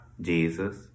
Jesus